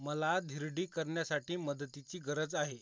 मला धिरडी करण्यासाठी मदतीची गरज आहे